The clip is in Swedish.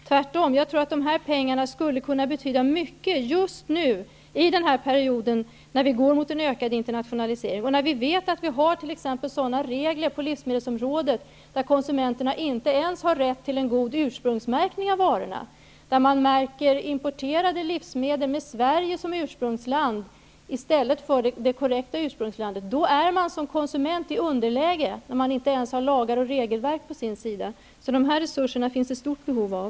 Tvärtom tror jag att dessa pengar skulle kunna betyda väldigt mycket just nu när vi går mot en ökad internationalisering och när vi vet att vi har sådana regler på livsmedelsområdet att konsumenten inte ens har rätt till en god ursprungsmärkning av varorna. Importerade livsmedel märks med Sverige som ursprungsland i stället för det korrekta ursprungslandet. Då är man som konsument i underläge, när man inte ens har lagar och regelverk på sin sida. Så dessa resurser finns det stort behov av.